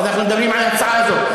אנחנו מדברים על ההצעה הזאת.